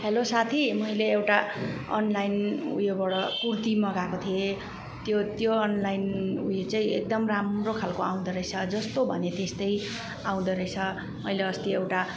hello साथी मैले एउटा अनलाइन उयोबाट कुर्ती मगाएको थिएँ त्यो त्यो अनलाइन उयो चाहिँ एकदम राम्रो खालको आउँदोरहेछ जस्तो भन्यो त्यस्तै आउँदोरहेछ मैले अस्ति एउटा